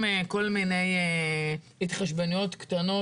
שאפו למי שנשאו בנטל כל כך הרבה שנים,